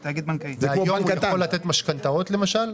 אבל הם משתמשים,